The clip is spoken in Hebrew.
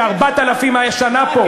ש-4,000 שנה פה.